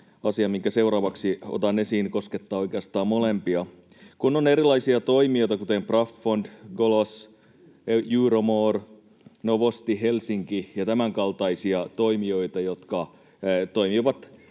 seuraavaksi otan esiin, koskettaa oikeastaan molempia. Kun on erilaisia toimijoita, kuten Pravfond, Golos, Euromore, Novosti Helsinki ja tämänkaltaisia toimijoita, jotka toimivat